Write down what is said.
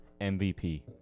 MVP